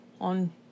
on